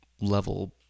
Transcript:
level